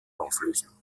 auflösen